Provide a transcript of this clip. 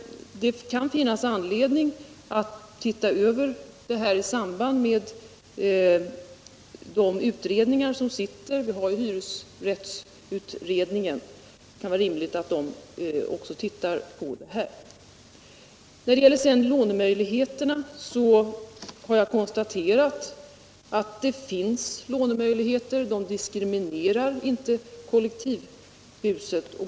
Det kan finnas anledning att se över detta i samband med de utredningar som pågår. Det kan vara rimligt att hyresrättsutredningen också tittar på detta. I fråga om lånemöjligheterna har jag konstaterat att det finns lånemöjligheter, och de diskriminerar inte kollektivhusen.